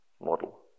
model